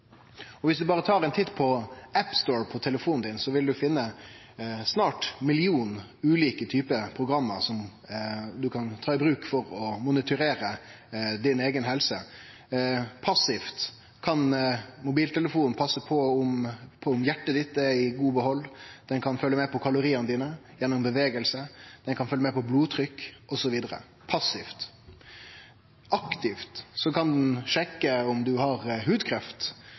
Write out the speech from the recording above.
Viss du tar ein titt i App Store på telefonen din, vil du finne snart ein million ulike program du kan ta i bruk for å monitorere di eiga helse. Passivt kan mobiltelefonen passe på om hjartet ditt er i god behald, han kan følgje med på kaloriane dine gjennom bevegelsar, han kan følgje med på blodtrykk, osv. – passivt. Aktivt kan han sjekke om du har hudkreft,